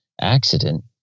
accident